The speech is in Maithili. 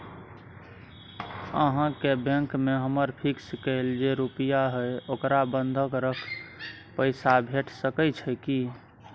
अहाँके बैंक में हमर फिक्स कैल जे रुपिया हय ओकरा बंधक रख पैसा भेट सकै छै कि?